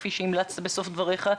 כפי שהמלצת בסוף דבריך,